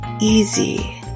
easy